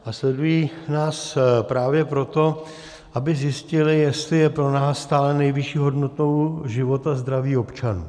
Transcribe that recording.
A sledují nás právě proto, aby zjistili, jestli je pro nás stále nejvyšší hodnotou život a zdraví občanů.